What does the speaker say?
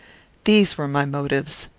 these were my motives.